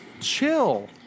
Chill